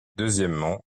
deuxièmement